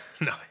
No